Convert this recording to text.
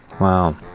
Wow